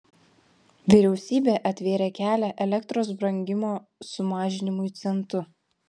vyriausybė atvėrė kelią elektros brangimo sumažinimui centu